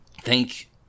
thank